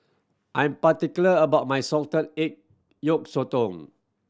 I'm particular about my salted egg yolk sotong